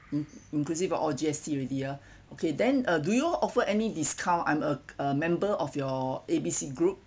in~ inclusive of G_S_T already ah okay then do you offer any discount I'm a a member of your A C B group